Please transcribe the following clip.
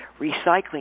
recycling